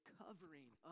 covering